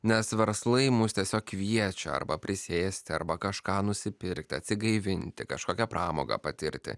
nes verslai mus tiesiog kviečia arba prisėsti arba kažką nusipirkti atsigaivinti kažkokią pramogą patirti